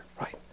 Right